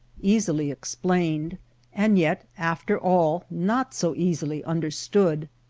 easily explained and yet, after all, not so easily understood.